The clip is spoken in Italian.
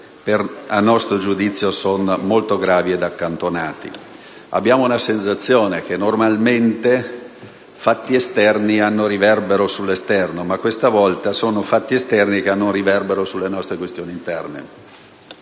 a nostro giudizio, sono molto gravi ed accantonati. Abbiamo la sensazione che, normalmente, fatti esterni hanno riverbero sull'esterno, ma questa volta sono fatti esterni che hanno riflesso sulle nostre questioni interne.